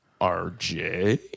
RJ